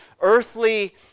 earthly